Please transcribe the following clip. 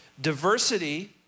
Diversity